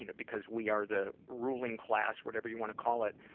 you know because we are the ruling class, whatever you want to call it,